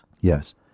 Yes